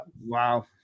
Wow